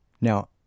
Now